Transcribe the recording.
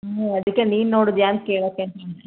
ಹ್ಞೂ ಅದಕ್ಕೆ ನೀನು ನೋಡಿದ್ಯಾ ಅಂತ ಕೇಳೋಕ್ಕೆ